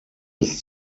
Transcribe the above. des